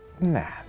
Nah